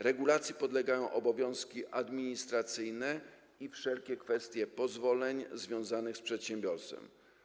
Regulacji podlegają obowiązki administracyjne i wszelkie kwestie pozwoleń związanych z przedsiębiorstwem.